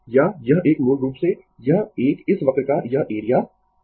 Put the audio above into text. यहां तक कि पूर्ण साइकिल में भी यह समान परिणाम ही देगा क्योंकि यह एरिया और यह यह एक सममित है